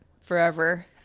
forever